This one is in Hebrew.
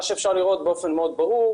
מה שאפשר לראות באופן מאוד ברור,